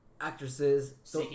actresses